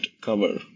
cover